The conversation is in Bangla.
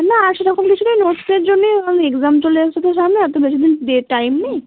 না আর সেরকম কিছু না ওই নোটসের জন্যই ওই এগজ্যাম চলে এসেছে তো সামনে আর তো বেশি দিন দে টাইম নেই